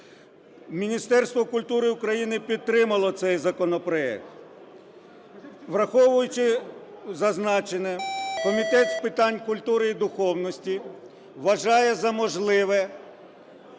Міністерство культури України підтримало цей законопроект. Враховуючи зазначене, Комітет з питань культури і духовності вважає за можливе